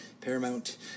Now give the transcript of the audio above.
Paramount